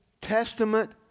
Testament